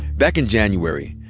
back in january,